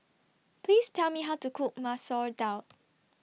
Please Tell Me How to Cook Masoor Dal